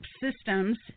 systems